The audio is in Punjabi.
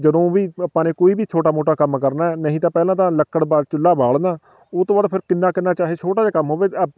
ਜਦੋਂ ਵੀ ਆਪਾਂ ਨੇ ਕੋਈ ਵੀ ਛੋਟਾ ਮੋਟਾ ਕੰਮ ਕਰਨਾ ਨਹੀਂ ਤਾਂ ਪਹਿਲਾਂ ਤਾਂ ਲੱਕੜ ਬਾਲ ਚੁੱਲ੍ਹਾ ਬਾਲਣਾ ਉਹ ਤੋਂ ਬਾਅਦ ਫਿਰ ਕਿੰਨਾ ਕਿੰਨਾ ਚਾਹੇ ਛੋਟਾ ਜਿਹਾ ਕੰਮ ਹੋਵੇ